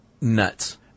Nuts